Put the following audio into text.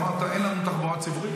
אמרת: אין לנו תחבורה ציבורית,